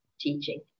teaching